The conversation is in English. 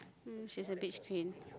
she's a beach queen